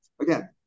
Again